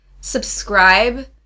subscribe